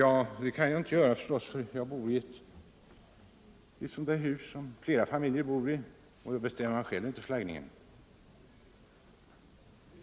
Nej, det kan jag inte göra, eftersom jag bor i ett flerfamiljshus och inte själv bestämmer flaggningen.